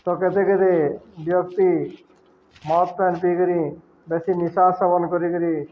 ତ କେତେ କେତେ ବ୍ୟକ୍ତି ମଥ ଫ୍ୟାନ୍ ପିଇକିରି ବେଶୀ ନିଶା ସେବନ କରିକିରି